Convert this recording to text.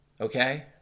Okay